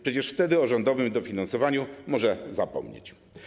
Przecież wtedy o rządowym dofinansowaniu może zapomnieć.